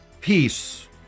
peace